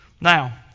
Now